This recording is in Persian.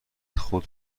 خود